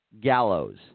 Gallows